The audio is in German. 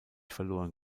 verloren